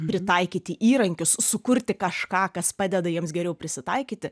pritaikyti įrankius sukurti kažką kas padeda jiems geriau prisitaikyti